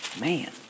man